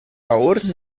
awr